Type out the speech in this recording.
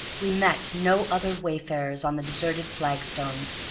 we met no other wayfarers on the deserted flagstones,